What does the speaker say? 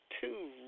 two